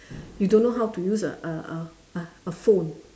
you don't know how to use a a a a phone